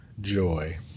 joy